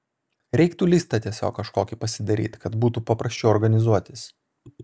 reiktų listą tiesiog kažkokį pasidaryt kad būtų paprasčiau organizuotis